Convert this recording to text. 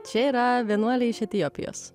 čia yra vienuoliai iš etiopijos